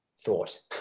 thought